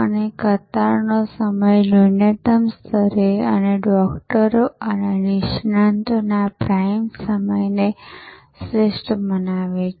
અને કતારનો સમય ન્યૂનતમ સ્તરે અને ડોકટરો અને નિષ્ણાતોના પ્રાઇમ સમયને શ્રેષ્ઠ બનાવે છે